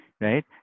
Right